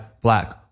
black